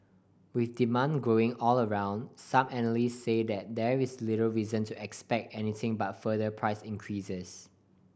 with demand growing all around some analyst say there there is little reason to expect anything but further price increases